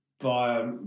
via